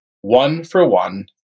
one-for-one